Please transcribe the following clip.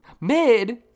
mid